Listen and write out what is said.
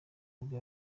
nibwo